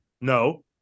No